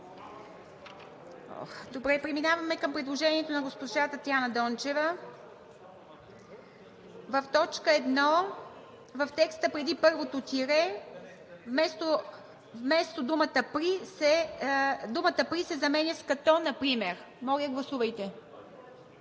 Добре, преминаваме към предложението на госпожа Татяна Дончева – в точка едно в текста преди първото тире думата „при“ се заменя с „като например“. Моля, гласувайте.